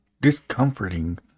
discomforting